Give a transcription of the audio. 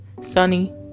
sunny